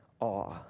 awe